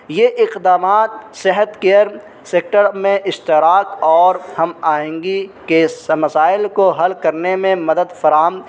یہ اقدامات صحت کیئر سیکٹر میں اشتراک اور ہم آہنگی کے مسائل کو حل کرنے میں مدد فراہم